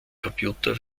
computer